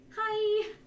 hi